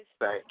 Thank